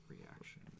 reaction